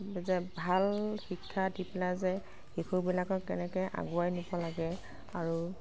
যে ভাল শিক্ষা দি পেলাই যে শিশুবিলাকক কেনেকৈ আগুৱাই নিব লাগে আৰু